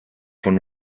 von